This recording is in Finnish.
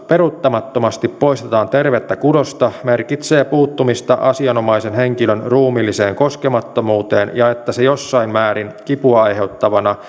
peruuttamattomasti poistetaan tervettä kudosta merkitsee puuttumista asianomaisen henkilön ruumiilliseen koskemattomuuteen ja että se jossain määrin kipua aiheuttavana